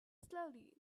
slowly